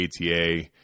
ata